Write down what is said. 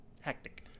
Hectic